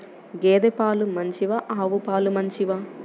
గేద పాలు మంచివా ఆవు పాలు మంచివా?